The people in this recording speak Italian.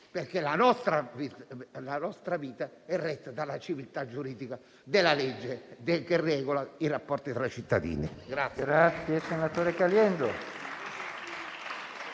perché la nostra vita è retta dalla civiltà giuridica della legge che regola i rapporti tra i cittadini.